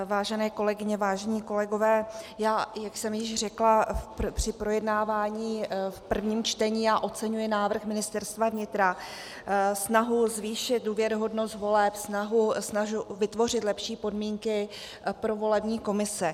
Vážené kolegyně, vážení kolegové, jak jsem již řekla při projednávání v prvním čtení, já oceňuji návrh Ministerstva vnitra, snahu zvýšit důvěryhodnost voleb, snahu vytvořit lepší podmínky pro volební komise.